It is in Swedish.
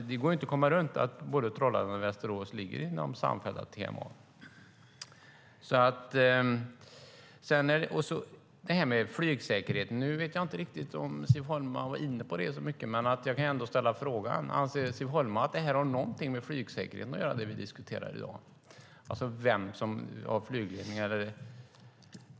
Det går inte att komma runt att både Trollhättan och Västerås ligger inom samfällda TMA. Nu vet jag inte riktigt om Siv Holma var inne så mycket på flygsäkerheten, men jag kan ändå ställa frågan: Anser Siv Holma att det vi diskuterar i dag har någonting med flygsäkerheten att göra, alltså vem som har flygledning?